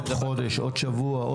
עוד חודש, עוד שבוע?